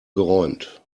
geräumt